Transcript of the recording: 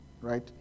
right